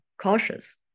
cautious